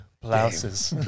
blouses